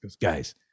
guys